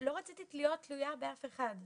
לא רציתי להיות תלויה באף אחד.